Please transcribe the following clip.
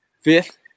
fifth